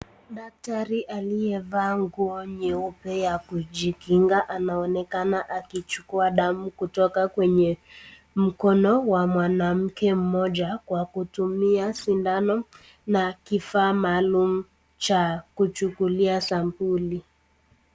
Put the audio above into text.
Daktari aliyevaa nguo nyeupe ya kujikinga anaonekana akichukua damu kutoka kwenye mkono wa mwanamke mmoja kwa kutumia sindano na kifaa maalum cha kuchukulia sampuli.